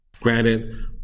granted